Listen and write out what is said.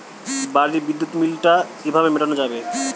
বাড়ির বিদ্যুৎ বিল টা কিভাবে মেটানো যাবে?